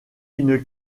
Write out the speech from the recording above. une